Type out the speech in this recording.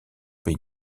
pays